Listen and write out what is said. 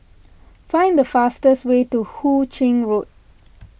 find the fastest way to Hu Ching Road